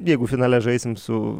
jeigu finale žaisim su